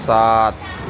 سات